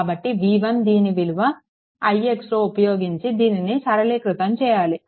కాబట్టి ఇది v1 దీని విలువ ixలో ఉపయోగించి దీనిని సరళీకృతం చేయాలి